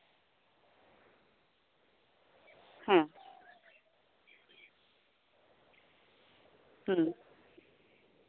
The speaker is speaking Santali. ᱦᱮᱸ